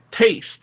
taste